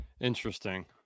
Interesting